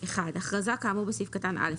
(1) הכרזה כאמור בסעיף קטן (א),